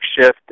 shift